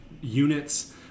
units